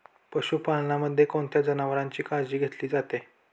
पशुपालनामध्ये कोणत्या जनावरांची काळजी घेतली जाते?